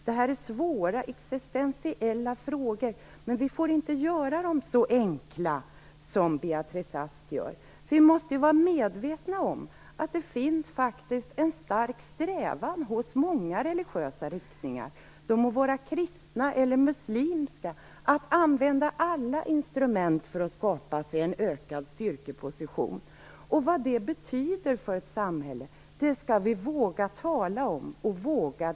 Detta är svåra existentiella frågor, och vi får inte göra dem som enkla som Beatrice Ask gör. Vi måste vara medvetna om att det faktiskt finns en stark strävan hos många religiösa riktningar, de må vara kristna eller muslimska, att använda alla instrument för att skapa sig en ökad styrkeposition. Vi måste våga tala om och våga diskutera vad det betyder för ett samhälle.